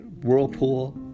whirlpool